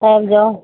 आबि जाउ